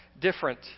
different